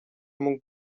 mógł